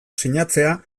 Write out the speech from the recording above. sinatzea